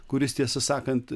kuris tiesą sakant